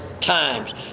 times